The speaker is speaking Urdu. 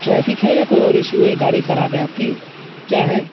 ٹریفک ہے یا کوئی اور ایشو ہے گاڑی خراب ہے آپ کی کیا ہے